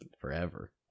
forever